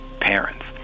parents